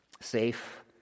safe